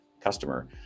customer